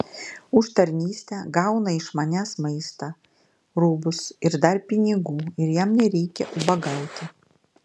už tarnystę gauna iš manęs maistą rūbus ir dar pinigų ir jam nereikia ubagauti